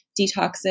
detoxes